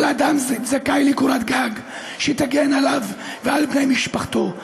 כל אדם זכאי לקורת גג שתגן עליו ועל בני משפחתו.